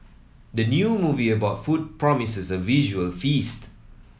the new movie about food promises a visual feast